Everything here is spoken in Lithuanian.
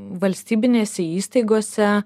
valstybinėse įstaigose